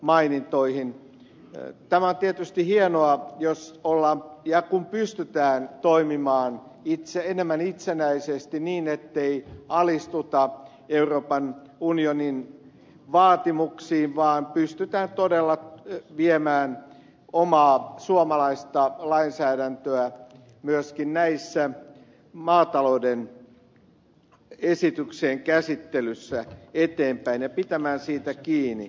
tämä on tietysti hienoa jos ja kun pystytään toimimaan enemmän itsenäisesti niin ettei alistuta euroopan unionin vaatimuksiin vaan pystytään todella viemään omaa suomalaista lainsäädäntöä myöskin näissä maatalouden esityksien käsittelyissä eteenpäin ja pitämään siitä kiinni